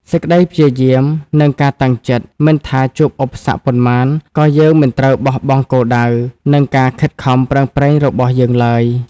សេចក្តីព្យាយាម និងការតាំងចិត្ត មិនថាជួបឧបសគ្គប៉ុន្មាន ក៏យើងមិនត្រូវបោះបង់គោលដៅ និងការខិតខំប្រឹងប្រែងរបស់យើងឡើយ។